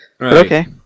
Okay